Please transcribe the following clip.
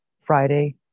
Friday